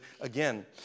again